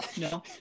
No